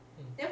mm